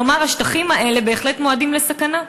כלומר, השטחים האלה בהחלט מועדים לסכנה.